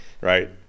right